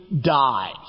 die